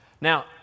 Now